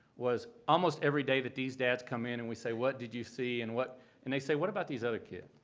was almost every day that these dads come in and we say, what did you see and what and they say, what about these other kids.